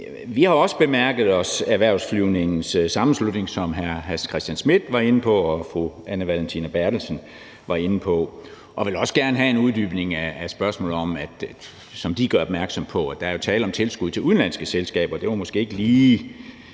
Vi har også bemærket os Erhvervsflyvningens Sammenslutning, som hr. Hans Christian Schmidt og fru Anna Valentina Berthelsen var inde på, og vil også gerne have en uddybning af spørgsmålet om det. Som de gør opmærksom på, er der jo tale om tilskud til udenlandske selskaber, og det var måske ikke lige